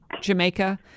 Jamaica